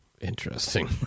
Interesting